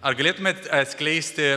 ar galėtumėt atskleisti